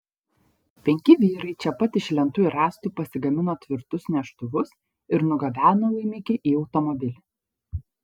penki vyrai čia pat iš lentų ir rąstų pasigamino tvirtus neštuvus ir nugabeno laimikį į automobilį